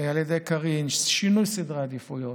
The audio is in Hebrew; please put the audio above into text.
על ידי קארין, שינוי סדרי עדיפויות,